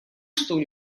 что